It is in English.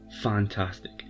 fantastic